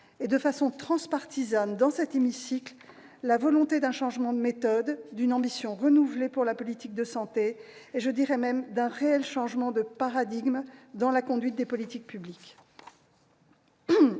et de façon transpartisane, dans cet hémicycle, la volonté d'un changement de méthode, d'une ambition renouvelée pour la politique de santé et même d'un réel changement de paradigme dans la conduite des politiques publiques.